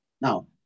Now